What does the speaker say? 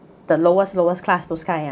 the lowest slowest class those kind ah